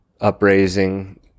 upraising